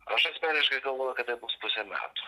aš asmeniškai galvoju kad taip bus pusę metų